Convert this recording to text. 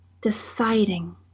deciding